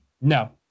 no